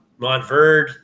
Montverde